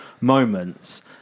moments